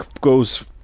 goes